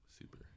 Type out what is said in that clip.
Super